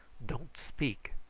don't speak.